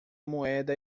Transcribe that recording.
moeda